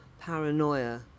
paranoia